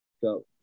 go